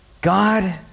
God